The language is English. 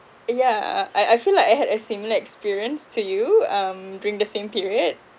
yeah I I feel like I had a similar experience to you um during the same period